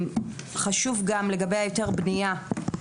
חשוב גם לגבי היתר הבנייה.